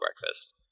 breakfast